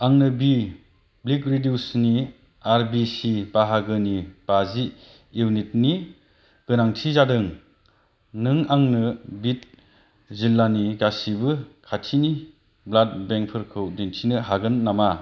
आंनो बि leucoreduced R B C बाहागोनि बाजि इउनिटनि गोनांथि जादों नों आंनो बे जिल्लानि गासिबो खाथिनि ब्लाड बेंकफोरखौ दिन्थिनो हागोन नामा